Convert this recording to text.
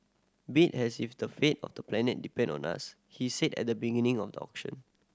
bid as if the fate of the planet depended on us he said at the beginning of the auction